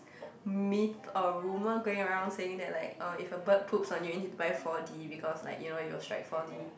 myth or rumour going around saying that like uh if a bird poops on you you need to buy four-D because like you know you will strike four-D